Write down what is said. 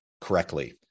correctly